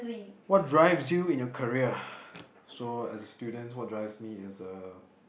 what drives you in your career so as a student what drives me is uh